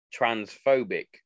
transphobic